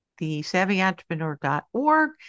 thesavvyentrepreneur.org